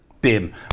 BIM